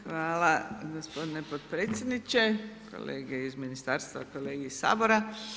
Hvala gospodine potpredsjedniče, kolege iz ministarstva, kolege iz Sabora.